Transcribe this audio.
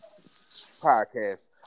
Podcast